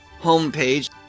homepage